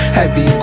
Heavy